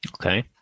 Okay